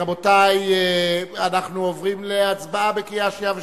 רבותי, אנחנו עוברים להצבעה בקריאה שנייה ושלישית,